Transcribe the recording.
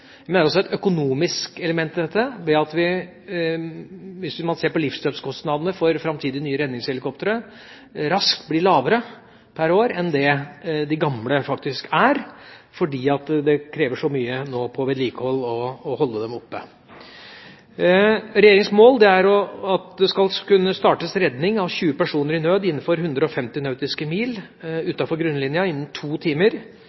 også et økonomisk element i dette. Hvis man ser på livsløpskostnadene for framtidige nye redningshelikoptre, blir de faktisk raskt lavere per år enn kostnadene for de gamle fordi det nå kreves så mye vedlikehold for å holde dem oppe. Regjeringas mål er at det skal kunne startes redning av 20 personer i nød innenfor 150 nautiske mil utenfor grunnlinjen innen to timer,